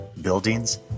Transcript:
buildings